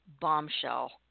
bombshell